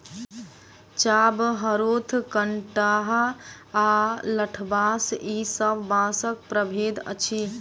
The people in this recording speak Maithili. चाभ, हरोथ, कंटहा आ लठबाँस ई सब बाँसक प्रभेद अछि